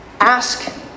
ask